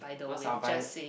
first I will buy